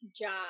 job